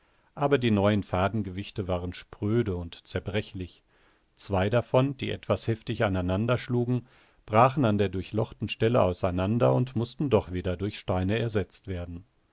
aber die neuen fadengewichte waren spröde und zerbrechlich zwei davon die etwas heftig aneinanderschlugen brachen an der durchlochten stelle auseinander und mußten doch wieder durch steine ersetzt werden